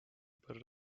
über